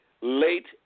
late